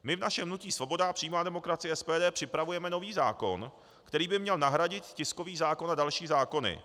My v našem hnutí Svoboda a přímá demokracie, SPD, připravujeme nový zákon, který by měl nahradit tiskový zákon a další zákony.